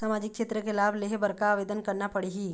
सामाजिक क्षेत्र के लाभ लेहे बर का आवेदन करना पड़ही?